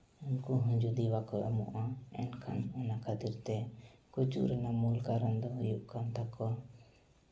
ᱩᱱᱠᱩᱦᱚᱸ ᱡᱩᱫᱤ ᱵᱟᱠᱚ ᱮᱢᱚᱜᱼᱟ ᱮᱱᱠᱷᱟᱱ ᱚᱱᱟ ᱠᱷᱟᱹᱛᱤᱨᱛᱮ ᱜᱩᱡᱩᱜ ᱨᱮᱱᱟᱜ ᱢᱩᱞ ᱠᱟᱨᱚᱱ ᱫᱚ ᱦᱩᱭᱩᱜ ᱠᱟᱱ ᱛᱟᱠᱚᱣᱟ